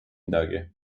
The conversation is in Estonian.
midagi